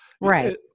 Right